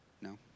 No